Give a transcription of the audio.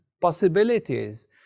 possibilities